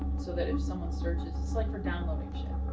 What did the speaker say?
so that if someone searches. it's like for downloading shit.